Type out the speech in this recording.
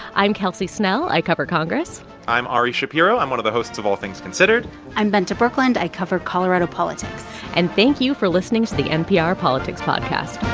i'm kelsey snell. i cover congress i'm ari shapiro. i'm one of the hosts of all things considered i'm bente birkeland. i cover colorado politics and thank you for listening to the npr politics podcast